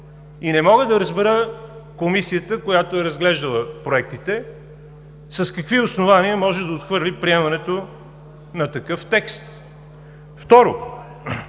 Не мога да разбера Комисията, която е разглеждала проектите, с какви основания може да отхвърли приемането на такъв текст. Второ,